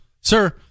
sir